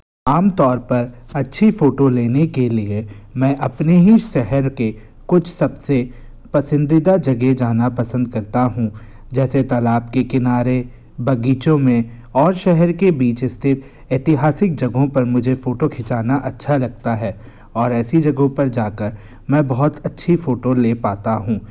आमतौर पर अच्छी फ़ोटो लेने के लिए मैं अपने ही शहर के कुछ सबसे पसंदीदा जगह जाना पसंद करता हूँ जैसे तालाब के किनारे बगीचों में और शहर के बीच स्थित ऐतिहासिक जगहों पर मुझे फ़ोटो खींचना अच्छा लगता है और ऐसी जगहों पर जाकर मैं बहुत अच्छी फ़ोटो ले पाता हूँ